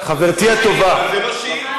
חברתי הטובה, רגע.